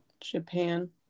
Japan